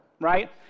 right